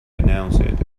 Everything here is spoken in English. announced